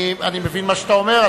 אני מבין מה שאתה אומר.